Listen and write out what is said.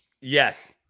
Yes